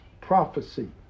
prophecy